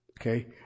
Okay